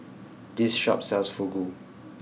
this shop sells Fugu